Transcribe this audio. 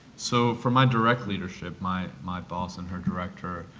so, from my direct leadership, my my boss and her director,